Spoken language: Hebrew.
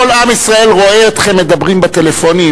כל עם ישראל רואה אתכם מדברים בטלפונים,